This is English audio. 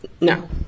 No